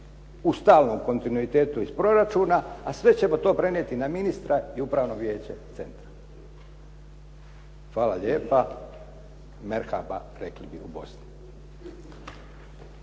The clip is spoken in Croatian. u stalnom kontinuitetu iz proračuna a sve ćemo to prenijeti na ministra i upravno vijeće centra. Hvala lijepa, merhaba rekli bi u Bosni.